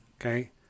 Okay